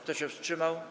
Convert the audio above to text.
Kto się wstrzymał?